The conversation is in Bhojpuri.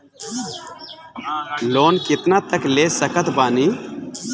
लोन कितना तक ले सकत बानी?